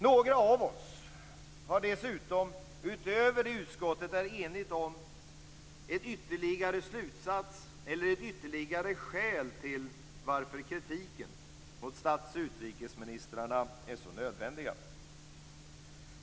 Några av oss ser dessutom, utöver det utskottet är enigt om, ett ytterligare skäl till att kritiken mot stats och utrikesministrarna är så nödvändig.